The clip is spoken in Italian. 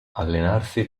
allenarsi